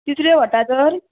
तिसऱ्यो व्हरता तर